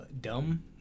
dumb